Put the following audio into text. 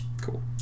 Cool